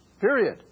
period